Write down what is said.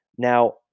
Now